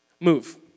Move